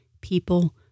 people